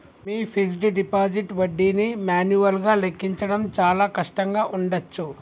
మీ fixed deposit వడ్డీని మాన్యువల్గా లెక్కించడం చాలా కష్టంగా ఉండచ్చు